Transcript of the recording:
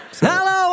hello